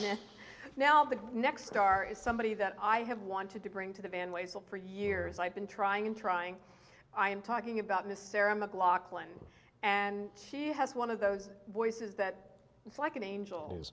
an now the next star is somebody that i have wanted to bring to the van ways for years i've been trying and trying i am talking about miss sarah mclachlan and she has one of those voice is that it's like an angel